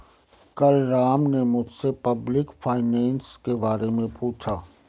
कल राम ने मुझसे पब्लिक फाइनेंस के बारे मे पूछा